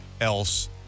else